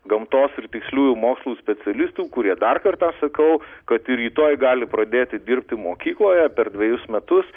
gamtos ir tiksliųjų mokslų specialistų kurie dar kartą sakau kad ir rytoj gali pradėti dirbti mokykloje per dvejus metus